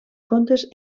contes